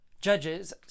Judges